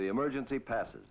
the emergency passes